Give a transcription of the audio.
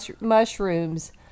mushrooms